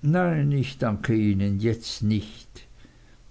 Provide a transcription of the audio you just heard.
nein ich danke ihnen jetzt nicht